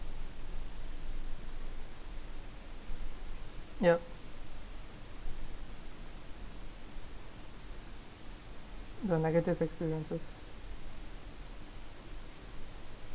yup the negative experiences